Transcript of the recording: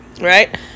right